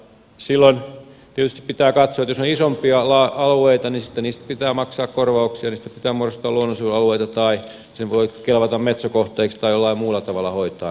silloin tietysti pitää katsoa että jos on isompia alueita niin sitten niistä pitää maksaa korvauksia niistä pitää muodostaa luonnonsuojelualueita tai se voi kelvata metso kohteeksi tai jollain muulla tavalla pitää hoitaa ne asiat